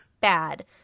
bad